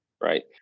Right